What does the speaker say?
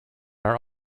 are